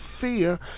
fear